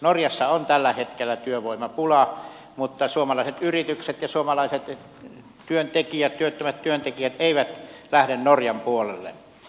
norjassa on tällä hetkellä työvoimapula mutta suomalaiset yritykset ja suomalaiset työntekijät työttömät työntekijät eivät lähde norjan puolelle